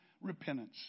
repentance